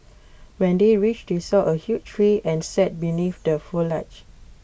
when they reached they saw A huge tree and sat beneath the foliage